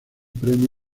premio